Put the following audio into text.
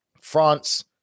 France